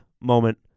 moment